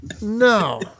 no